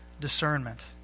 discernment